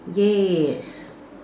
yes